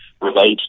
relate